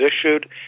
issued